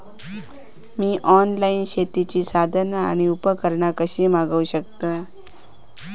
मी online शेतीची साधना आणि उपकरणा कशी मागव शकतय?